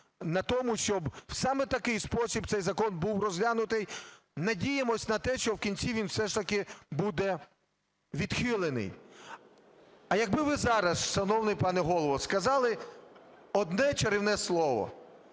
на тому, щоб саме в такий спосіб цей закон був розглянутий. Надіємося на те, що в кінці він все ж таки буде відхилений. А якби ви зараз, шановний пане Голово, сказали одне чарівне слово